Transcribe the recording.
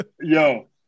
Yo